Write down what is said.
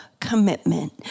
Commitment